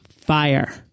fire